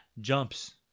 Jumps